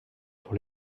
pour